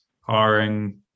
hiring